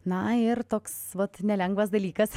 na ir toks vat nelengvas dalykas